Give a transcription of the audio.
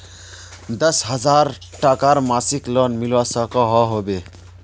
दस हजार टकार मासिक लोन मिलवा सकोहो होबे?